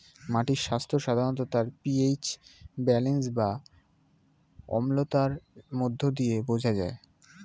মাটির স্বাস্থ্য সাধারণত তার পি.এইচ ব্যালেন্স বা অম্লতার মধ্য দিয়ে বোঝা যায়